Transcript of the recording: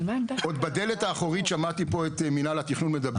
עוד בדלת האחורית שמעתי פה את מינהל התכנון מדבר